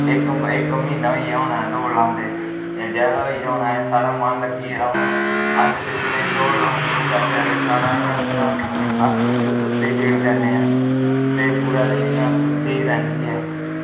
इक महीनां होईया होनां ऐ दौड़ लांदे जादा होई दा होना ऐ साढ़ा मन लग्गी दा हून अस जिस दिन दौड़ लान नेंई जाच्चै दा साढ़ा इयां अस सुस्ती सुस्ती फील करने ऐं ते पूरा दिन इयां सुस्ती रैंह्दी ऐ